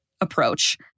approach